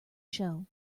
show